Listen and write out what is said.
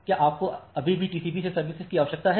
क्या आपको अभी भी टीसीपीसे सर्विस की आवश्यकता है